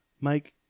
mike